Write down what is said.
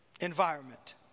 Environment